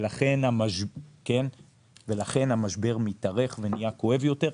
ולכן המשבר מתארך ונהיה כואב יותר.